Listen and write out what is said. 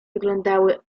wyglądały